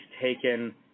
taken –